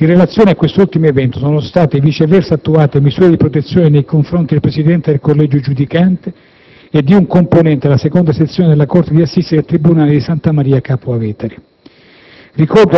In relazione a questo ultimo evento sono state, viceversa, attuate misure di protezione nei confronti del presidente del collegio giudicante e di un componente la II sezione della corte d'assise del tribunale di Santa Maria Capua Vetere.